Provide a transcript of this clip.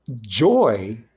Joy